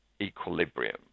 equilibrium